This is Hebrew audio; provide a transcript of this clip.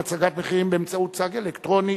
הצגת מחירים באמצעות צג אלקטרוני),